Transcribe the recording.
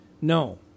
no